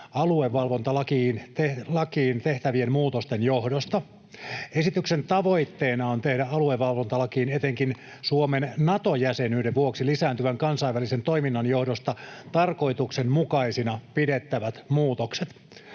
aluevalvontalakiin tehtävien muutosten johdosta. Esityksen tavoitteena on tehdä aluevalvontalakiin etenkin Suomen Nato-jäsenyyden vuoksi lisääntyvän kansainvälisen toiminnan johdosta tarkoituksenmukaisina pidettävät muutokset.